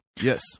Yes